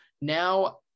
now